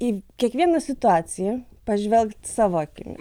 į kiekvieną situaciją pažvelgt savo akimis